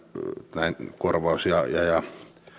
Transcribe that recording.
näin korvaus ja ja